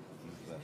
אמסלם.